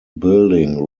building